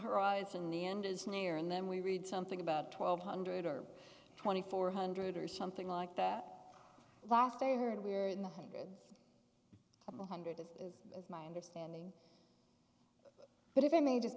horizon the end is near and then we read something about twelve hundred or twenty four hundred or something like that last i heard we were in the hundred one hundred s is my understanding but if i may just